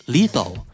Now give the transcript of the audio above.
Lethal